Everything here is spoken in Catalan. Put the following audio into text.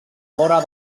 vora